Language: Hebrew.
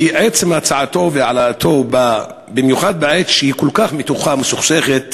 שעצם הצעתו והעלאתו באו במיוחד בעת שהיא כל כך מתוחה ומסוכסכת,